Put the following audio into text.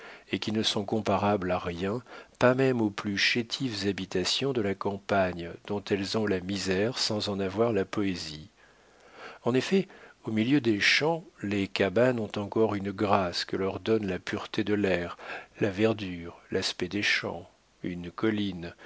et qui ne sont comparables à rien pas même aux plus chétives habitations de la campagne dont elles ont la misère sans en avoir la poésie en effet au milieu des champs les cabanes ont encore une grâce que leur donnent la pureté de l'air la verdure l'aspect des champs une colline